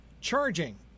charging